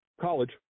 college